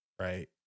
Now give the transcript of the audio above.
right